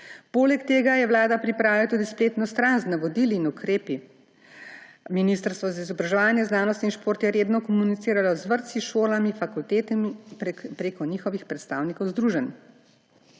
Poleg tega je vlada pripravila tudi spletno stran z navodili in ukrepi. Ministrstvo za izobraževanje, znanost in šport je redno komuniciralo z vrtci, šolami, fakultetami prek njihovih predstavnikov združenj.